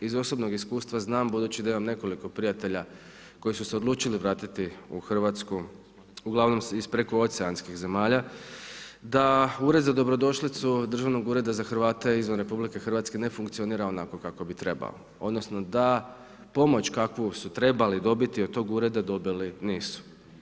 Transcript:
Iz osobnog iskustva znam, budući da imam nekoliko prijatelja koji su se odlučili vratiti u RH, uglavnom iz prekooceanskih zemalja da Ured za dobrodošlicu državnog ureda za Hrvate izvan RH ne funkcionira onako kako bi trebao odnosno da pomoć kakvu su trebali dobiti od tog Ureda dobili nisu.